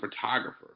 photographer